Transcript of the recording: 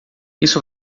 isso